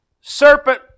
serpent